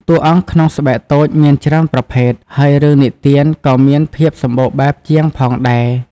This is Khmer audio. តួអង្គក្នុងស្បែកតូចមានច្រើនប្រភេទ ហើយរឿងនិទានក៏មានភាពសម្បូរបែបជាងផងដែរ។